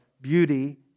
beauty